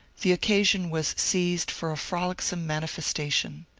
the occasion was seized for a frolicsome manifestation.